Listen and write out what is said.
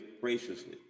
graciously